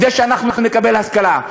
כדי שאנחנו נקבל השכלה,